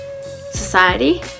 society